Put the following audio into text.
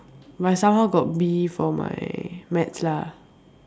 but I somehow got B for my maths lah